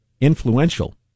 influential